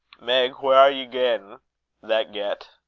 meg! whaur are ye gaein' that get,